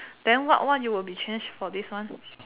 then what what you would be change for this one